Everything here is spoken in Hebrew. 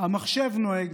המחשב נוהג,